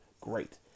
great